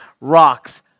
rocks